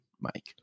mike